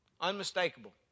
Unmistakable